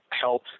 help